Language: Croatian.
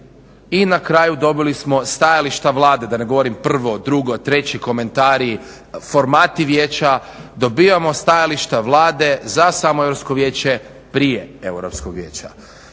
i na kraju dobili smo stajališta Vlade da ne govorim prvo, drugo, treći komentari, formati vijeća, dobivamo stajališta Vlade za samo europsko vijeće prije europskog vijeća